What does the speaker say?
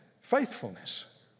Faithfulness